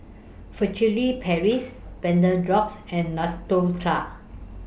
Furtere Paris Vapodrops and